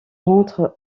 rentre